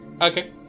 Okay